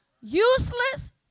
useless